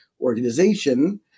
organization